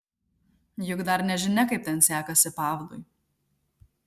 juk dar nežinia kaip ten sekasi pavlui